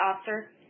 officer